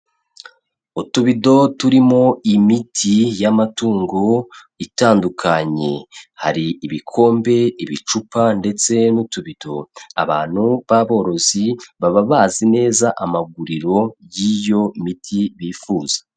Utubido turimo imiti y'amatungo itandukanye: hari ibikombe, ibicupa ndetse n'utubito, abantu b'aborozi baba bazi neza amaguriro y'iyo miti bifuza.